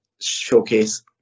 showcase